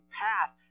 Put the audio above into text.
path